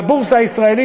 והבורסה הישראלית,